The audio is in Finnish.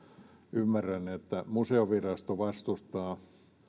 ymmärrän että museovirasto vastustaa